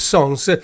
Songs